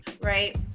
Right